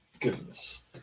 goodness